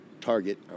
Target